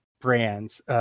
brands